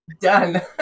done